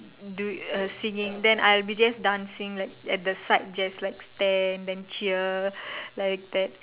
do uh singing then I will be just dancing at the side just like stand then cheer like that